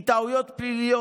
מטעויות פליליות,